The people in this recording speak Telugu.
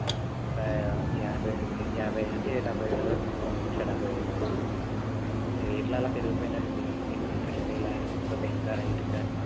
ఒక యాభై యాభై నుంచి డెబ్బై వేల వరకు అవుతుంది అండి లక్ష డెబ్బై వేల వరకు రేట్లు అలా పెరిగిపోయినాయి అండి సిమెంటు కానీ లేకపోతే ఇటుక